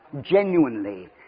genuinely